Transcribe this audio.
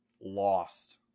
lost